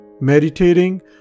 Meditating